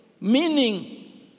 meaning